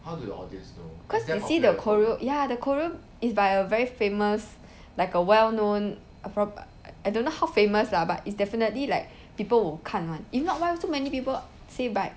cause they see the choreo ya the choreo is by a very famous like a well known uh fr~ I don't know how famous lah but it's definitely like people will 看 [one] if not why so many people say bite